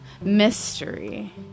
mystery